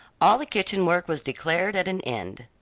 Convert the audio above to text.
all the kitchen work was declared at an end.